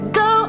go